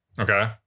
Okay